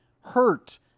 hurt